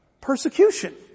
Persecution